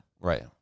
Right